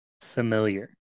familiar